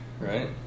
right